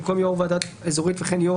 במקום "יושב-ראש ועדה אזורית וכן יושב-ראש